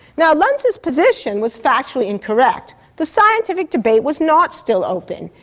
now luntz's position was factually incorrect, the scientific debate was not still open.